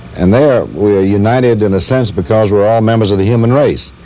and there we are united, in a sense, because we're all members of the human race.